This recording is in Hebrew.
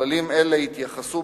כללים אלה יתייחסו,